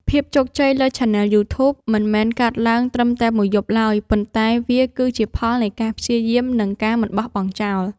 ភាពជោគជ័យលើឆានែលយូធូប មិនមែនកើតឡើងត្រឹមតែមួយយប់ឡើយ ប៉ុន្តែវាគឺជាផលនៃការព្យាយាម និងការមិនបោះបង់ចោល។